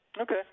Okay